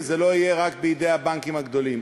וזה לא יהיה רק בידי הבנקים הגדולים.